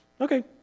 Okay